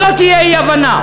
שלא תהיה אי-הבנה.